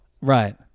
Right